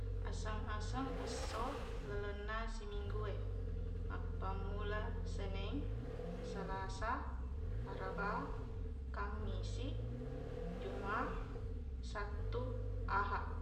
Aseng-aseng esso lalenna siminggu e mappammula seneng salasa araba kammisiq jumaq sattu ahaq